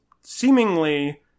seemingly